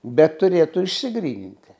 bet turėtų išsigryninti